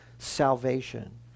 salvation